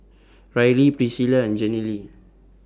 Riley Priscila and Jenilee